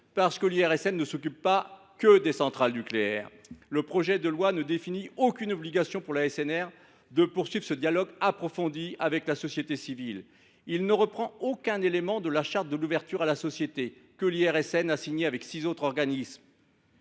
parce que l’IRSN ne s’occupe pas que des centrales nucléaires. Le projet de loi ne définit aucune obligation pour l’ASNR de poursuivre ce dialogue approfondi avec la société civile. Il ne reprend aucun élément de la charte d’ouverture à la société que l’IRSN a signée avec sept autres organismes